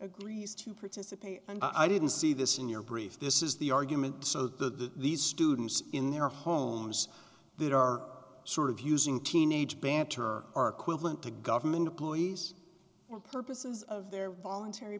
agrees to participate and i didn't see this in your brief this is the argument so the these students in their homes that are sort of using teenage banter are equivalent to government employees or purposes of their voluntary